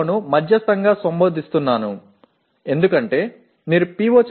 வை மிதமாக விவரித்து கொண்டிருக்கலாம் ஏனெனில் நீங்கள் PO